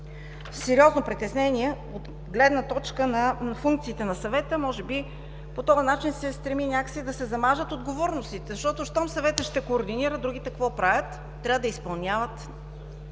сериозно притеснение от гледна точка на функциите на съвета. Може би по този начин се стреми някак си да се замажат отговорностите, защото щом съветът ще координира, другите какво правят? Трябва да изпълняват?